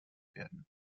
werden